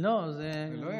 גם לגברים,